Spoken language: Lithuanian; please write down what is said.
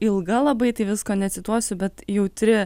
ilga labai tai visko necituosiu bet jautri